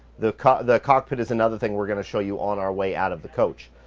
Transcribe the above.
the the cockpit is another thing we're going to show you on our way out of the coach.